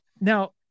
Now